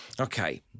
Okay